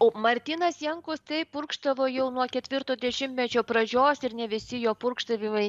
o martynas jankus taip purkštavo jau nuo ketvirto dešimtmečio pradžios ir ne visi jo purkštavimai